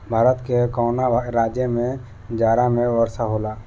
भारत के कवना राज्य में जाड़ा में वर्षा होला?